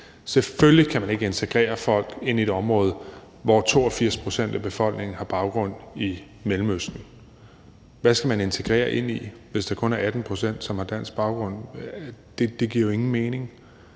Selvfølgelig kan man ikke integrere folk i et område, hvor 82 pct. af befolkningen har baggrund i Mellemøsten. Hvad skal man integrere dem i, hvis det kun er 18 pct., som har dansk baggrund? Det giver jo ingen mening.